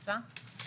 הצבעה לא אושרה.